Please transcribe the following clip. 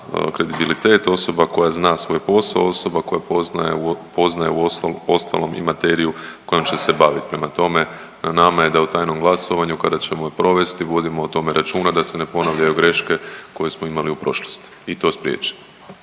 kredibilitet, osoba koja zna svoj posao, osoba koja poznaje, poznaje uostalom i materiju kojom će se baviti. Prema tome na nama je da u tajnom glasovanju kada ćemo provesti vodimo o tome računa da se ne ponavljaju greške koje smo imali u prošlosti i to spriječiti.